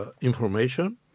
information